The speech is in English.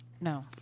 No